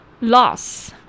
loss